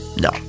no